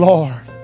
Lord